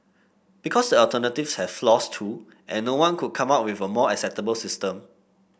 because the alternatives have flaws too and no one could come up with a more acceptable system